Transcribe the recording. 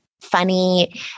funny